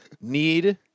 need